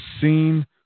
seen